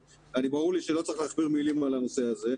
ברור לי שלא צריך להכביר מילים על הנושא הזה.